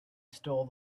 stole